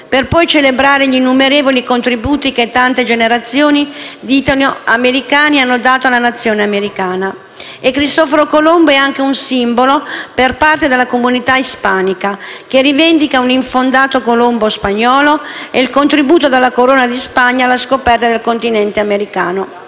per poi celebrare gli innumerevoli contributi che tante generazioni di italoamericani hanno dato alla Nazione americana. E Cristoforo Colombo è anche un simbolo per parte della comunità ispanica, che rivendica un infondato Colombo spagnolo e il contributo della Corona di Spagna alla scoperta del continente americano.